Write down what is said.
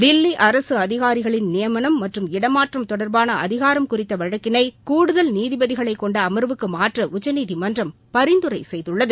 தில்லி அரசு அதிகாரிகளின் நியமனம் மற்றும் இடமாற்றம் தொடர்பாள அதிகாரம் குறித்த வழக்கினை கூடுதல் நீதிபதிகளைக் கொண்ட அமாவுக்கு மாற்ற் உச்சநீதிமன்றம் பரிந்துரை செய்துள்ளது